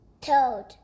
Toad